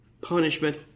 punishment